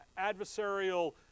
adversarial